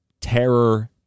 terror